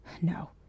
No